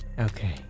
Okay